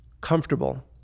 comfortable